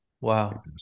Wow